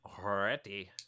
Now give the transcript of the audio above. ready